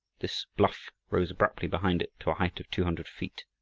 this bluff rose abruptly behind it to a height of two hundred feet.